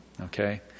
okay